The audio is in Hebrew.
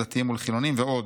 דתיים מול חילונים ועוד.